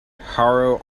harrow